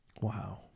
Wow